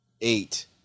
eight